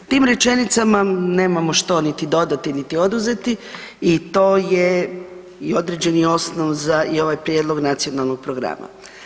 Tim rečenicama nemamo što niti dodati niti oduzeti i to je i određeni osnov za i ovaj prijedlog nacionalnog programa.